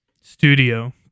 studio